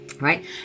right